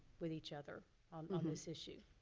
with each other on on this issue.